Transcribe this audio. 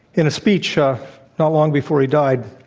in a speech ah not long before he died,